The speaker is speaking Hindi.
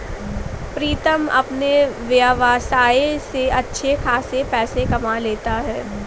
प्रीतम अपने व्यवसाय से अच्छे खासे पैसे कमा लेता है